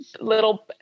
little